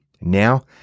Now